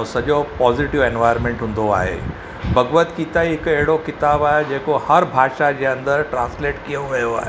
ऐं सॼो positive environment हूंदो आहे भगवत गीता हिकु अहिड़ो किताबु आहे जेको हर भाषा जे अंदरि ट्रांसलेट कयो वियो आहे